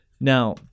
Now